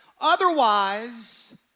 Otherwise